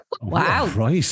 Wow